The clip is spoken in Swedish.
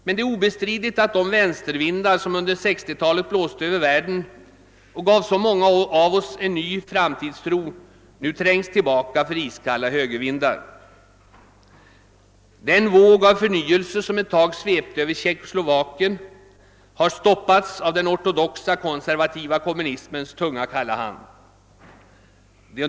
Men det är obestridligt att de 'vänstervindar som under 1960-talet blåste över världen och gav så många av oss en ny framtidstro nu trängs tillbaka av iskalla högervindar. Den våg av förnyelse som ett tag svep te över Tjeckoslovakien har stoppats av den ortodoxa konservativa kommunismens tunga, kalla hand.